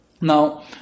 Now